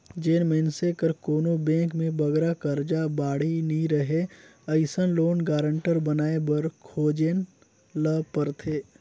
जेन मइनसे कर कोनो बेंक में बगरा करजा बाड़ही नी रहें अइसन लोन गारंटर बनाए बर खोजेन ल परथे